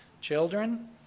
Children